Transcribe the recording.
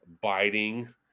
biting